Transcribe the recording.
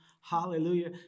Hallelujah